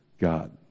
God